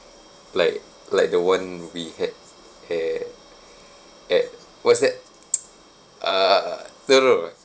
like like the one we had at at what's that uh teruk lah